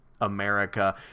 America